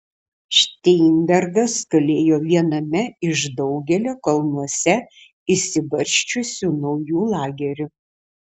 šteinbergas kalėjo viename iš daugelio kalnuose išsibarsčiusių naujų lagerių